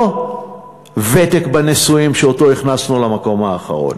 לא ותק בנישואים, שאותו הכנסנו למקום האחרון.